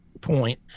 point